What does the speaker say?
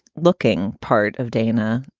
looking part of dana.